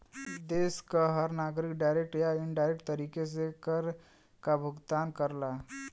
देश क हर नागरिक डायरेक्ट या इनडायरेक्ट तरीके से कर काभुगतान करला